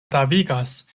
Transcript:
pravigas